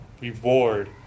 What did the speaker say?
reward